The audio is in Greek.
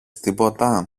τίποτα